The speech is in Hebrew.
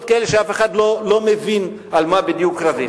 כאלה שכבר אף אחד לא מבין על מה בדיוק רבים.